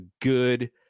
good